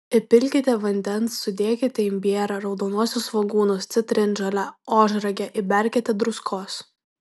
įpilkite vandens sudėkite imbierą raudonuosius svogūnus citrinžolę ožragę įberkite druskos